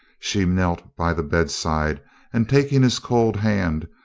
she knelt by the bed side and taking his cold hand,